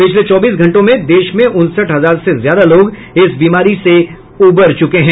पिछले चौबीस घंटों में देश में उनसठ हजार से ज्यादा लोग इस बीमारी से उबर चुके हैं